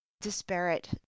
disparate